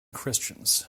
christians